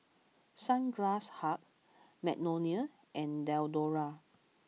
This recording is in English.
Sunglass Hut Magnolia and Diadora